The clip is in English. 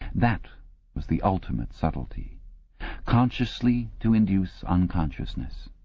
that was the ultimate subtlety consciously to induce unconsciousness,